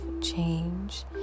change